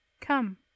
Come